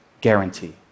guarantee